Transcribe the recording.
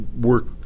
work